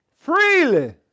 freely